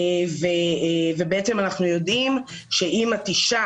ואנחנו יודעים שאם את אישה,